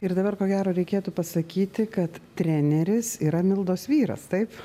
ir dabar ko gero reikėtų pasakyti kad treneris yra mildos vyras taip